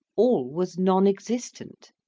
all was non-existent.